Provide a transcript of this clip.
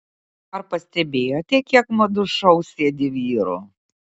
ar pastebėjote kiek madų šou sėdi vyrų